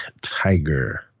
Tiger